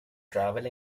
travel